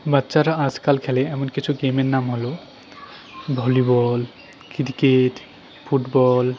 বাচ্চারা আজকাল খেলে এমন কিছু গেমের নাম হল ভলিবল ক্রিকেট ফুটবল